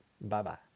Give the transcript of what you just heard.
Bye-bye